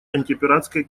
антипиратской